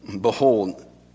Behold